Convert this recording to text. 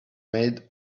made